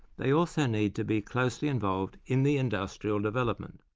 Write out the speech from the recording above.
they also need to be closely involved in the industrial development.